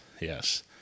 yes